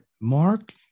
Mark